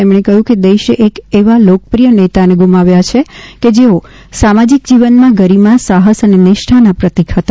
તેમણે કહયું કે દેશે એક એવા લોકપ્રિય નેતાને ગુમાવ્યા છે કે જેઓ સામાજિક જીવનમાં ગરીમા સાહસ અને નિષ્ઠાના પ્રતિક હતા